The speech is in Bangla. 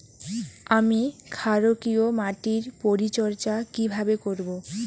আমি ক্ষারকীয় মাটির পরিচর্যা কিভাবে করব?